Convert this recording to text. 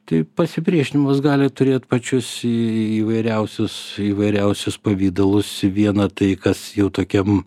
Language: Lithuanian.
tai pasipriešinimas gali turėt pačius įvairiausius įvairiausius pavidalus viena tai kas jau tokiam